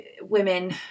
women